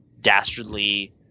dastardly